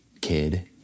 kid